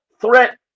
threat